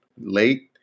late